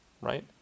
right